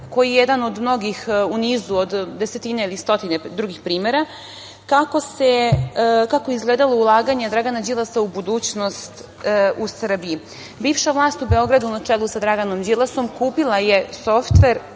koji je jedan od mnogih u nizu od desetine ili stotine drugih primera, kako je izgledalo ulaganje Dragana Đilasa u budućnost u Srbiji. Bivša vlast u Beogradu na čelu sa Draganom Đilasom kupila je softver,